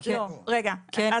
לא, זה